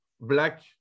black